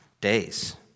days